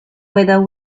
whether